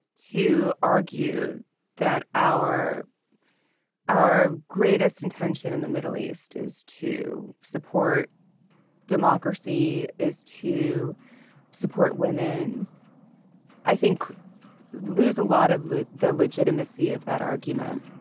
to argue that our our greatest intention in the middle east is to support democracy is to support women i think lose a lot of the the legitimacy of that argument